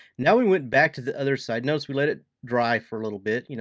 now we went back to the other side. notice we let it dry for a little bit. you know